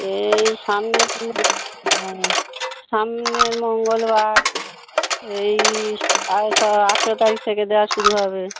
এই সামনে হ্যাঁ সামনের মঙ্গলবার এই আঠারো তারিখ থেকে দেওয়া শুরু হবে